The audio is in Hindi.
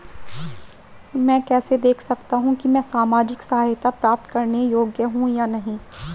मैं कैसे देख सकता हूं कि मैं सामाजिक सहायता प्राप्त करने योग्य हूं या नहीं?